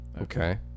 Okay